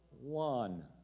one